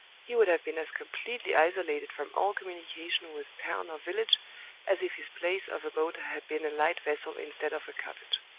he would have been as completely isolated from all communication with town or village as if his place of abode had been a light-vessel instead of a cottage.